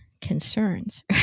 concerns